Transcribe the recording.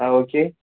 ஆ okay